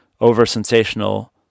over-sensational